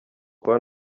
kwa